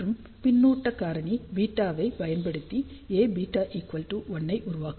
மற்றும் பின்னூட்ட காரணி β வை பயன்படுத்தி Aβ1 ஐ உருவாக்கவும்